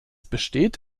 besteht